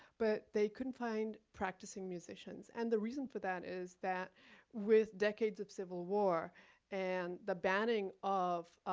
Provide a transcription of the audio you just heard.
but they couldn't find practicing musicians, and the reason for that is that with decades of civil war and the banning of